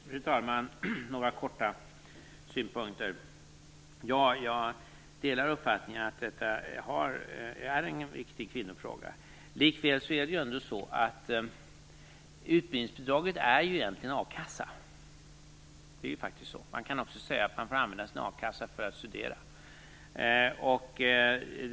Fru talman! Några korta synpunkter. Jag delar uppfattningen att detta är en viktig kvinnofråga. Likväl är det ändå så att utbildningsbidraget egentligen är a-kassa. Det är faktiskt så. Vi kan också säga att man får använda sin a-kassa för att studera.